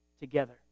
together